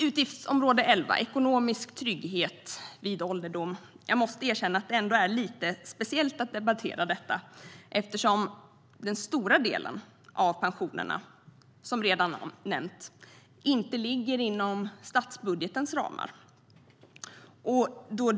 Jag måste erkänna att det ändå är lite speciellt att debattera utgiftsområde 11, Ekonomisk trygghet vid ålderdom, detta eftersom den stora delen av pensionerna, vilket redan har nämnts, inte ligger inom statsbudgetens ramar.